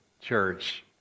Church